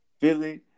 Philly